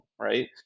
right